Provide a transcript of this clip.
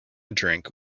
drink